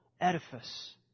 edifice